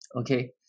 Okay